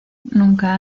nunca